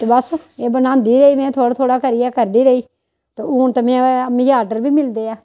ते बस एह् बनांदी रेही में थोह्ड़ा थोह्ड़ा करिये करदी रेही ते हून ते में मिगी ऑर्डर बी मिलदे ऐ